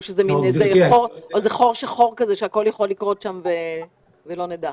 או שזה מין חור שחור שהכול יכול לקרות בו ולא נדע?